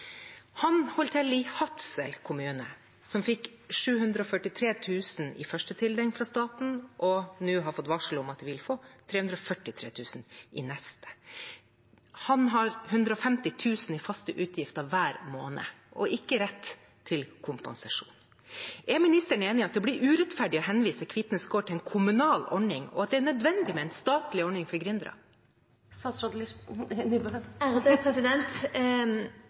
Han holder til i Hadsel kommune, som fikk 743 000 kr i første tildeling fra staten, og som nå har fått varsel om at de vil få 343 000 kr i neste. Han har 150 000 kr i faste utgifter hver måned og ikke rett til kompensasjon. Er ministeren enig i at det blir urettferdig å henvise Kvitnes Gård til en kommunal ordning, og at det er nødvendig med en statlig ordning for